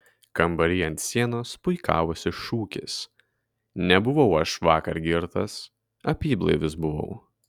kambary ant sienos puikavosi šūkis nebuvau aš vakar girtas apyblaivis buvau